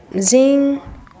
zing